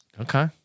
Okay